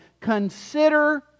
consider